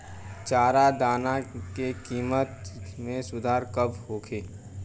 चारा दाना के किमत में सुधार कब होखे?